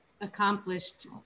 accomplished